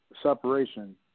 separation